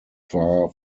far